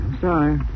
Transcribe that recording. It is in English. Sorry